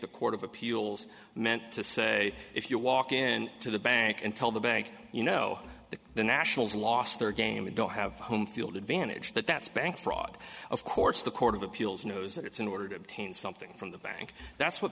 the court of appeals meant to say if you walk in to the bank and tell the bank you know that the nationals lost their game and don't have home field advantage that that's bank fraud of course the court of appeals knows that it's in order to obtain something from the bank that's what